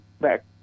back